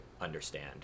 understand